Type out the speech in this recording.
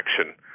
action